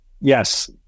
yes